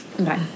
okay